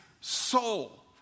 soul